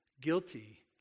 guilty